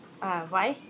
ah why